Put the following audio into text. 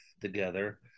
together